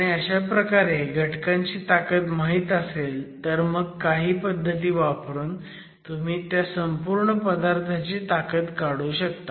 आणि अशाप्रकारे घटकांची ताकद माहीत असेल तर मग काही पद्धती वापरून तुम्ही त्या संपूर्ण पदार्थाची ताकद काढू शकता